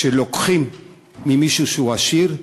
כשלוקחים ממישהו שהוא עשיר,